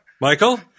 Michael